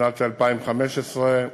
בשנת 2015,